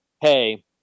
hey